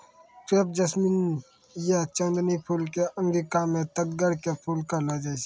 crepe jasmine या चांदनी फूल कॅ अंगिका मॅ तग्गड़ के फूल कहलो जाय छै